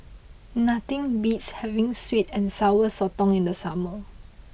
nothing beats having Sweet and Sour Sotong in the summer